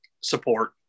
support